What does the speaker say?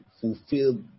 fulfill